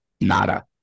nada